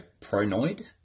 pronoid